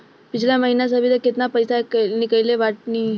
पिछला महीना से अभीतक केतना पैसा ईकलले बानी?